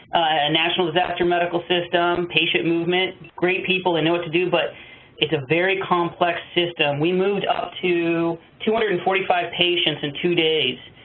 a national disaster medical system, patient movement, great people, they and know what to do but it's a very complex system. we moved up to two hundred and forty five patients in two days.